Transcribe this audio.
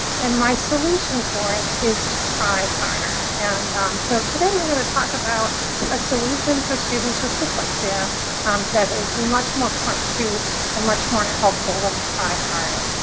and my solution for it is to try harder. and so today we're going to talk about a solution for students with dyslexia that is much more concrete and much more helpful than try harder.